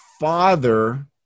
father